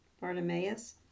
Bartimaeus